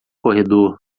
corredor